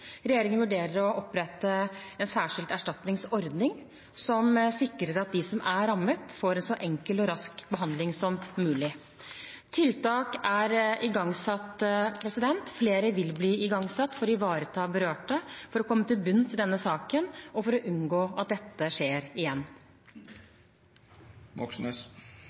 Regjeringen vurderer å opprette en særskilt erstatningsordning som sikrer at de som er rammet, får en så enkel og rask behandling som mulig. Tiltak er igangsatt og flere vil bli igangsatt for å ivareta berørte, for å komme til bunns i denne saken, og for å unngå at dette skjer